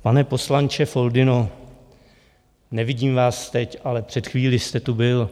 Pane poslanče Foldyno, nevidím vás teď, ale před chvílí jste tu byl.